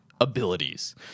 abilities